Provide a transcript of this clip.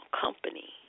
Company